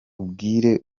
ubwire